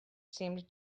seemed